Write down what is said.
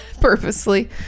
Purposely